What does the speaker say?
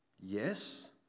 Yes